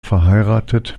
verheiratet